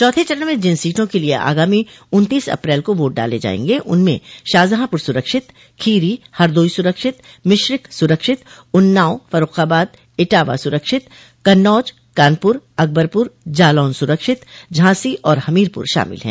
चौथे चरण में जिन सीटों के लिये आगामी उन्तीस अप्रैल को वोट डाले जायेंगे उनमें शाहजहांपुर सुरक्षित खीरी हरदोई सुरक्षित मिश्रिख सुरक्षित उन्नाव फर्रूखाबाद इटावा सुरक्षित कन्नौज कानपुर अकबरपुर जालौन सुरक्षित झांसी और हमीरपुर शामिल है